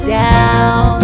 down